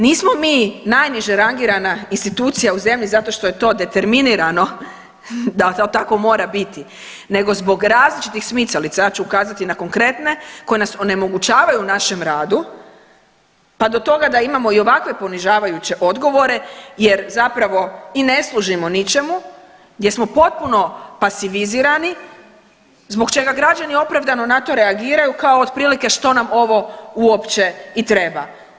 Nismo mi najniže rangirana institucija u zemlji zato što je determinirano da to tako mora biti nego zbog različitih smicalica, ja ću ukazati na konkretne koje nas onemogućavaju u našem radu pa do toga da imamo i ovakve ponižavajuće odgovore jer zapravo i ne služimo ničemu, gdje smo potpuno pasivizirani zbog čega građani opravdano na to reagiraju kao otprilike što nam ovo uopće i treba.